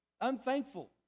Unthankful